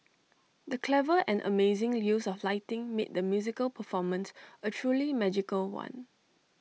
the clever and amazing use of lighting made the musical performance A truly magical one